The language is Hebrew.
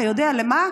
אתה יודע למה?